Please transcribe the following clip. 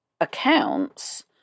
accounts